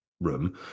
Room